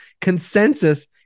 consensus